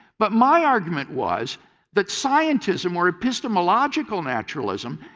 but my argument was that scientism, or epistemological naturalism,